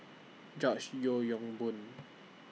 George Yeo Yong Boon